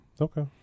Okay